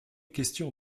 question